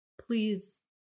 please